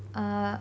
uh